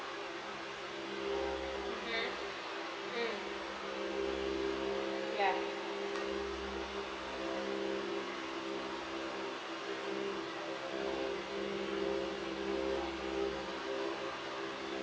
mmhmm mm ya